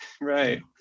right